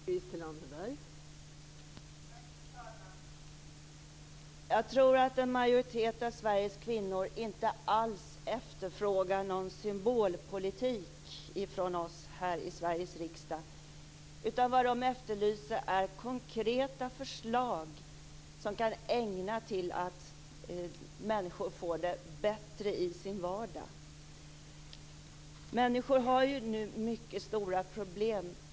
Fru talman! Jag tror inte alls att en majoritet av Sveriges kvinnor efterfrågar någon symbolpolitik från oss här i Sveriges riksdag. Vad de efterlyser är konkreta förslag som syftar till att människor får det bättre i sin vardag. Människor har nu mycket stora problem.